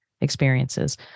Experiences